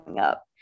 up